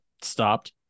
stopped